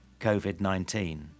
COVID-19